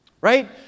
Right